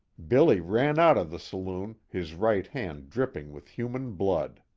billy ran out of the saloon, his right hand dripping with human blood.